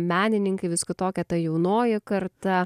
menininkai vis kitokia ta jaunoji karta